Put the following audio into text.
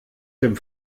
dem